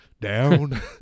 down